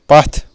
پتھ